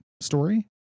story